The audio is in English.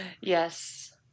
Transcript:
Yes